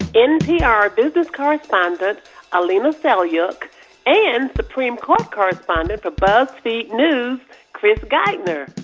npr business correspondent alina selyukh and supreme court correspondent for buzzfeed news chris geidner.